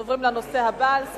אנחנו עוברים לנושא הבא על סדר-היום: